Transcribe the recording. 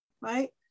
right